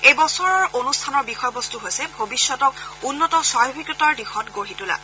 এই বছৰৰ অনুষ্ঠানৰ বিষয়বস্তু হৈছে ভৱিষ্যতক উন্নত স্বাভাৱিকতাৰ দিশত গঢ়ি তোলা